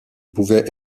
pouvait